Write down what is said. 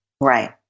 Right